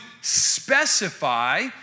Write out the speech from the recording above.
specify